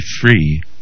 free